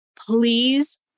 please